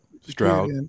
Stroud